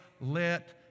let